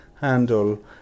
handle